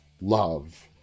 love